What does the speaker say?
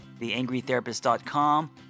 theangrytherapist.com